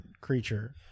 creature